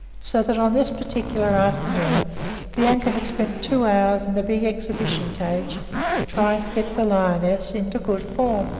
so that on this particular afternoon bianca had spent two hours in the big exhibition cage trying to get the lioness into good form.